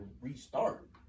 restart